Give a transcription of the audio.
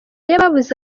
y’ababuze